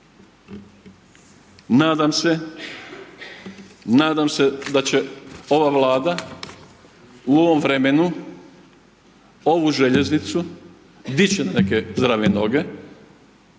Nadam se da će ova Vlada u ovom vremenu, ovu željeznicu dići na neke zdrave noge.